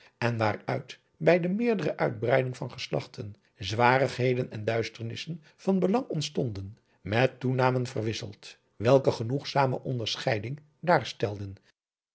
en waaruit bij de meerdere uitbreiding van geslachten zwarigheden en duisternissen van belang ontstonden met toenamen verwisseld welke genoegzame onderscheiding